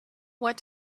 what